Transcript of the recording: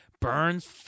Burns